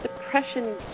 depression